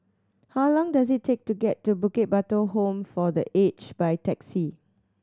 how long does it take to get to Bukit Batok Home for The Aged by taxi